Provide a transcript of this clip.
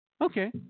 Okay